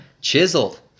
Chiseled